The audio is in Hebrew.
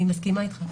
אני מסכימה אתך.